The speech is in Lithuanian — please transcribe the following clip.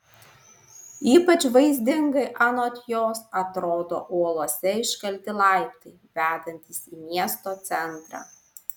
ypač vaizdingai anot jos atrodo uolose iškalti laiptai vedantys į miesto centrą